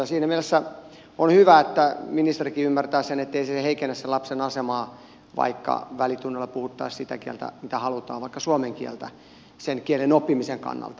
siinä mielessä on hyvä että ministerikin ymmärtää sen että ei se heikennä lapsen asemaa vaikka välitunnilla puhuttaisiin sitä kieltä mitä halutaan vaikka suomen kieltä sen kielen oppimisen kannalta